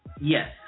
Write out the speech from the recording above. yes